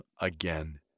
again